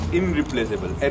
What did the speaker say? irreplaceable